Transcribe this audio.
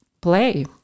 play